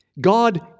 God